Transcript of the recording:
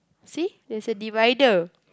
see there's a divider